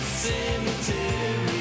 cemetery